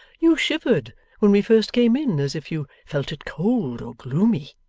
you shivered when we first came in, as if you felt it cold or gloomy